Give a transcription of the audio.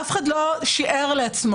אף אחד לא שיער לעצמו,